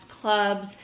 clubs